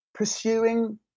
pursuing